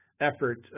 effort